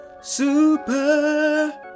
super